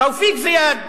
תופיק זיאד